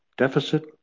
Deficit